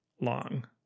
long